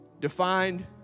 defined